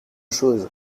chose